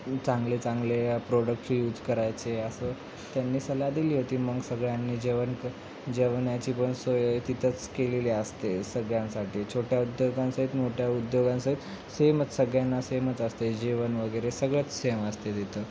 चांगले चांगले products use करायचे असं त्यांनी सलाह दिली होती मग सगळ्यांनी जेवण क जेवणाची पण सोय तिथंच केलेली असते सगळ्यांसाठी छोट्या उद्योगांचे मोठ्या उद्योगांचे सेमच सगळ्यांना सेमच असते जेवण वगैरे सगळंच सेम असते तिथं